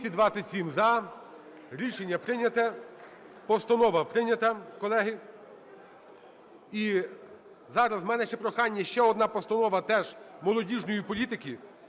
За-227 Рішення прийняте. Постанова прийнята, колеги. І зараз, в мене ще прохання, ще одна постанова, теж молодіжної політики